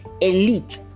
Elite